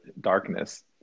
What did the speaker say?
darkness